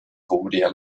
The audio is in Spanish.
cubría